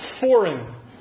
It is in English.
foreign